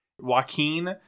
Joaquin